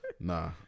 nah